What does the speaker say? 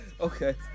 okay